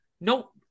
Nope